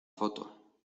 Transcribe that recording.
foto